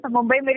Mumbai